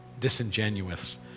disingenuous